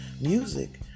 Music